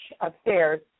upstairs